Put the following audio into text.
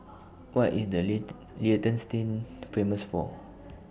What IS The lit Liechtenstein Famous For